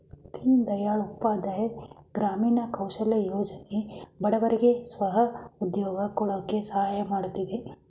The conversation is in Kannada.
ದೀನ್ ದಯಾಳ್ ಉಪಾಧ್ಯಾಯ ಗ್ರಾಮೀಣ ಕೌಶಲ್ಯ ಯೋಜನೆ ಬಡವರಿಗೆ ಸ್ವ ಉದ್ಯೋಗ ಕೊಡಕೆ ಸಹಾಯ ಮಾಡುತ್ತಿದೆ